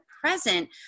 present